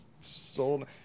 sold